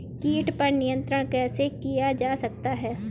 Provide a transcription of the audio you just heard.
कीट पर नियंत्रण कैसे किया जा सकता है?